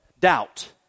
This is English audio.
Doubt